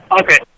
Okay